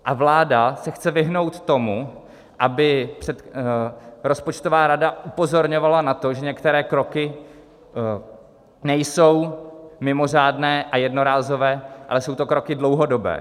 A vláda se chce vyhnout tomu, aby rozpočtová rada upozorňovala na to, že některé kroky nejsou mimořádné a jednorázové, ale jsou to kroky dlouhodobé.